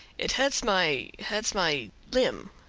it hurts my hurts my limb.